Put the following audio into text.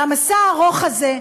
והמסע הארוך הזה,